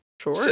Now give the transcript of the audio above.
Sure